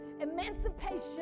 emancipation